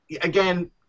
again